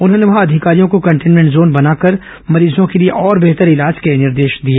उन्होंने वहां अधिकारियों को कंटेनमेंट जोन बनाकर मरीजों के लिए और बेहतर इलाज के निर्देश दिए